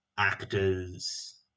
Actors